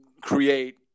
create